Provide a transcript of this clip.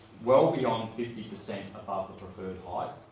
well beyond fifty percent above the preferred height,